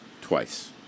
twice